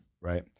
right